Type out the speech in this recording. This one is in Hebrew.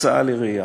הקצאה לרעייה.